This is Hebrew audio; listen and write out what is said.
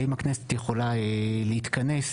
האם הכנסת יכולה להתכנס.